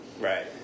Right